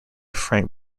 frank